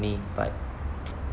me but